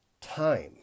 time